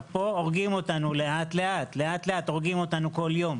פה הורגים אותנו לאט, לאט, כל יום.